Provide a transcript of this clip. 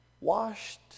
Washed